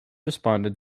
responded